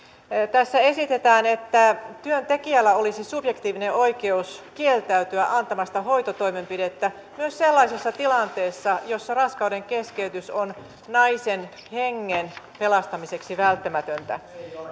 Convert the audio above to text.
tässä esitetään että työntekijällä olisi subjektiivinen oikeus kieltäytyä antamasta hoitotoimenpidettä myös sellaisessa tilanteessa jossa raskaudenkeskeytys on naisen hengen pelastamiseksi välttämätöntä